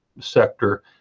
sector